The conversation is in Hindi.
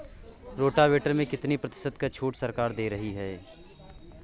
रोटावेटर में कितनी प्रतिशत का छूट सरकार दे रही है?